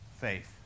faith